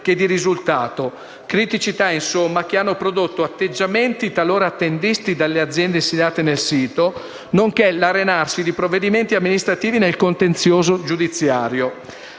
che di risultato. Criticità che hanno prodotto atteggiamenti talora attendisti delle aziende insediate nel sito, nonché l'arenarsi di provvedimenti amministrativi nel contenzioso giudiziario.